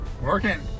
working